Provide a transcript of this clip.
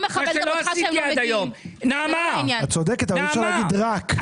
את צודקת אבל אי אפשר לומר: רק.